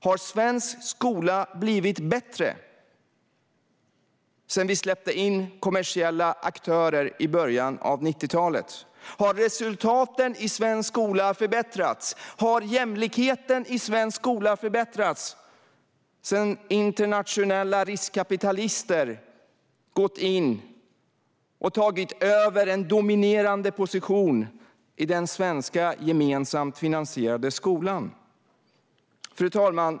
Har svensk skola blivit bättre sedan vi släppte in kommersiella aktörer i början av 90talet? Har resultaten i svensk skola förbättrats? Har jämlikheten i svensk skola förbättrats sedan internationella riskkapitalister gått in och tagit över en dominerande position i den svenska gemensamt finansierade skolan? Fru talman!